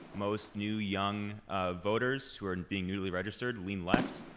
most new young voters who are being newly registered lean left.